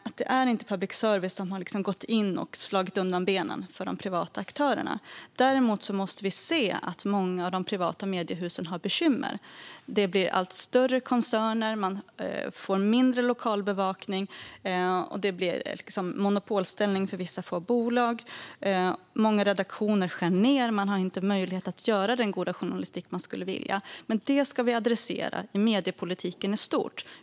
Det är alltså inte public service som har gått in och slagit undan benen för de privata aktörerna. Däremot måste vi inse att många av de privata mediehusen har bekymmer. Det blir allt större koncerner, man får mindre lokalbevakning och det en blir monopolställning för några få bolag. Många redaktioner skär ned, och man har inte möjlighet att bedriva den goda journalistik som man skulle vilja. Men detta ska vi adressera i mediepolitiken i stort.